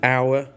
Hour